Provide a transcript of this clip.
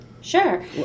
Sure